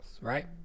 Right